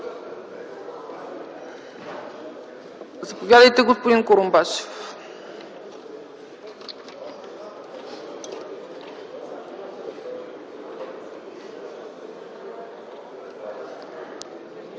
Заповядайте, господин Курумбашев.